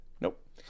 Nope